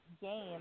game